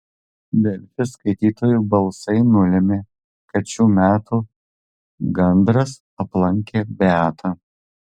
delfi skaitytojų balsai nulėmė kad šių metų gandras aplankė beatą